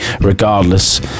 regardless